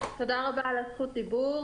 תודה רבה על זכות הדיבור.